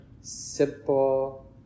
simple